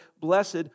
blessed